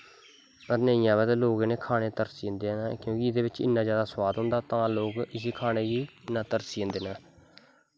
अगर नेईं आ'वै तां लोग खाने गी तरसी जंदे क्योंकि एह्दे बिच्च इन्ना जैदा सोआद होंदा तां लोग इस्सी खाने गी तरसी जंदे न